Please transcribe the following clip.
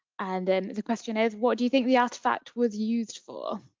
and then the question is, what do you think the artifact was used for?